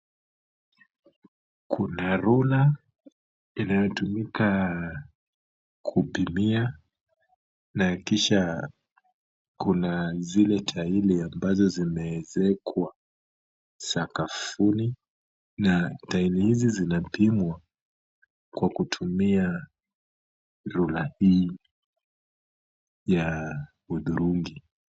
Kuna rula inayotumikaa kutumia na kisha kuna zile taili ambazo zimeezekwa sakafuni na taili hizi zinapimwa kwa kutumia rula hii yaa hudhurungi.